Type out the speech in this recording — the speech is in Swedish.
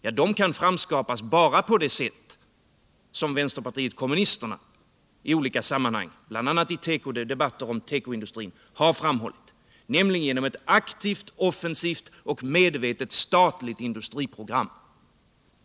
Jo, bara på det sätt som vänsterpartiet kommunisterna i olika sammanhang, bl.a. i debatter om tekoindustrin, har framhållit, nämligen genom ett aktivt, offensivt och medvetet statligt industriprogram.